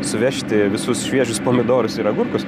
suvežti visus šviežius pomidorus ir agurkus